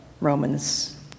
Romans